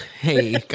hey